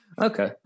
Okay